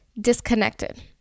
disconnected